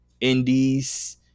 indies